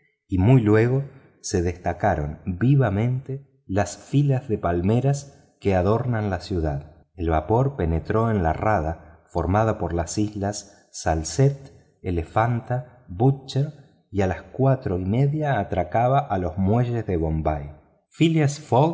y muy luego se destacaron vivamente las filas de palmeras que adornan la ciudad el vapor penetró en la rada formada por las islas salcette elefanta y butcher y a as cuatro y media atracaba a los muelles de bombay phileas